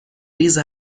ریز